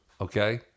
Okay